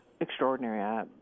extraordinary